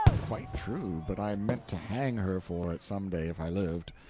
quite true, but i meant to hang her for it some day if i lived.